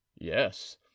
Yes